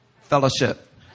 fellowship